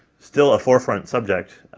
still a forefront subject,